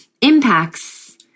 impacts